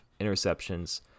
interceptions